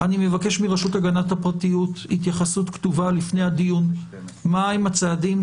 אני מבקש מרשות הגנת הפרטיות התייחסות כתובה לפני הדיון מהם הצעדים,